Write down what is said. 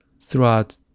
throughout